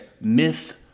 Myth